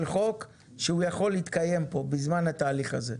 חוק שיכול להתקיים כאן בזמן התהליך הזה.